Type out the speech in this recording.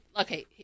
okay